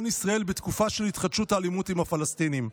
ישראל בתקופה של התחדשות האלימות עם הפלסטינים.